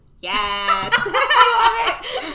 Yes